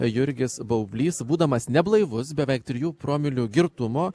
jurgis baublys būdamas neblaivus beveik trijų promilių girtumo